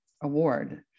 award